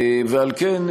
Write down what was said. ועל כן,